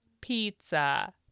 pizza